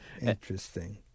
Interesting